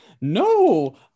No